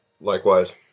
Likewise